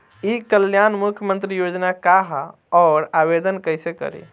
ई कल्याण मुख्यमंत्री योजना का है और आवेदन कईसे करी?